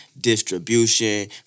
distribution